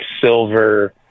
Silver